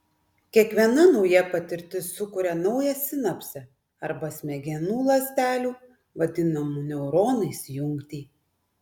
kiekviena nauja patirtis sukuria naują sinapsę arba smegenų ląstelių vadinamų neuronais jungtį